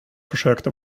försökte